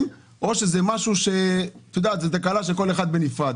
או שזו תקלה של כל אחד בנפרד?